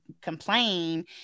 complain